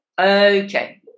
Okay